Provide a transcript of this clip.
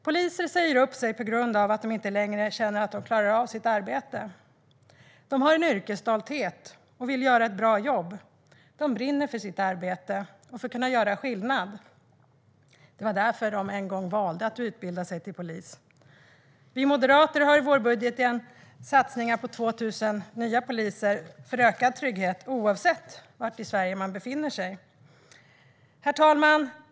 Poliser säger sig upp sig på grund av att de inte längre känner att de klarar av sitt arbete. De har en yrkesstolthet och vill göra ett bra jobb. De brinner för sitt arbete och för att kunna göra skillnad. Det var därför de en gång valde att utbilda sig till polis. Vi moderater har i vårbudgeten satsningar på 2 000 nya poliser för ökad trygghet oavsett var i Sverige man befinner sig. Herr talman!